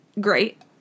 great